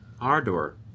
Ardor